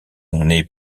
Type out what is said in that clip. nez